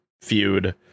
feud